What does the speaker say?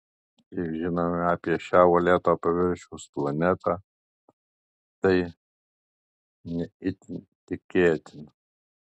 kiek žinome apie šią uolėto paviršiaus planetą tai ne itin tikėtina